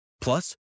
Plus